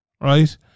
right